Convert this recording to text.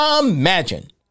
Imagine